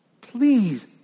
Please